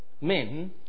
Men